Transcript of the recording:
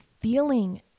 feeling